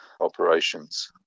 operations